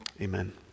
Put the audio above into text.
amen